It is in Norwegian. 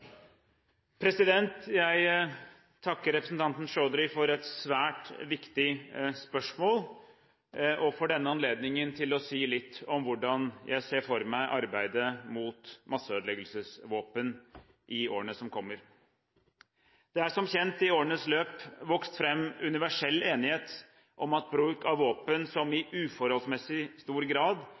Jeg takker representanten Chaudhry for et svært viktig spørsmål og for denne anledningen til å si litt om hvordan jeg ser for meg arbeidet mot masseødeleggelsesvåpen i årene som kommer. Det er som kjent i årenes løp vokst fram universell enighet om at bruk av våpen som i uforholdsmessig stor grad